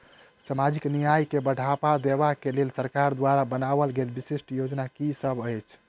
सामाजिक न्याय केँ बढ़ाबा देबा केँ लेल सरकार द्वारा बनावल गेल विशिष्ट योजना की सब अछि?